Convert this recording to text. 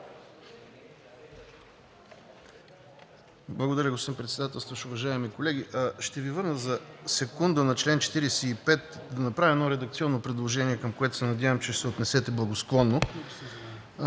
Благодаря, господин Председател. Уважаеми колеги, ще Ви върна за секунда на чл. 45, за да направя едно редакционно предложение, към което се надявам, че ще се отнесете благосклонно.